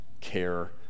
care